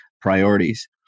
priorities